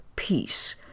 peace